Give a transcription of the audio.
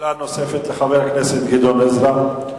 שאלה נוספת לחבר הכנסת גדעון עזרא.